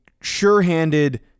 sure-handed –